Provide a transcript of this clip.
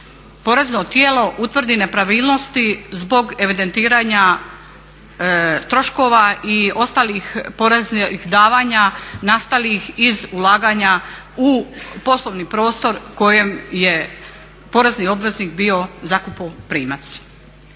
porezno tijelo utvrdi nepravilnosti zbog evidentiranja troškova i ostalih poreznih davanja nastalih iz ulaganja u poslovni prostor u kojem je porezni obveznik bio zakupoprimac.